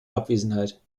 abwesenheit